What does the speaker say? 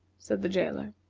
said the jailer.